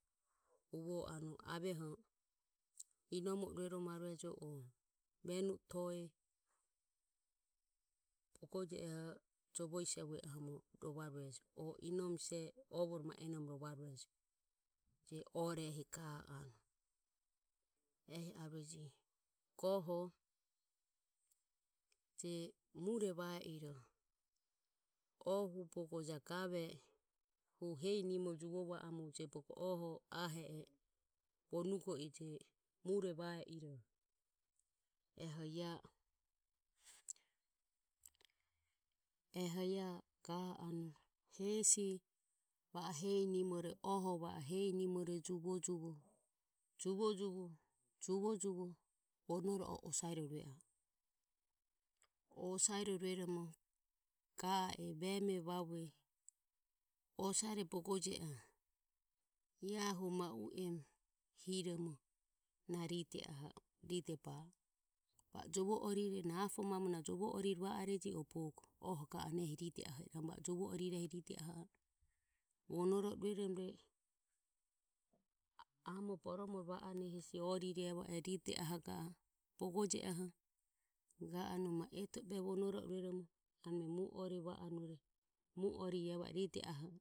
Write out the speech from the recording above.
Uvo anue aveho inomu e rueromaruejo veni u e toie bogo je oho jovo sise o inomu sise e o ore ga anue ehi arueje je mure va e oho oho bogo je gave e hesi nimore juvo va oromo ahe iroho eho iae ga anue va hehi nimore juvojuvo. Juvoromo osare rue iramu ga a e vemu vavue osare bogo je oho I e hu ma uemu hiromo ride ba a e dino e apo mamo na jovore o mure vadire va iramu vonoro o rueromo amo boromore e ride aho ga a e ga anu ma eto e behe ame mue orire va anire va o ride aho ae.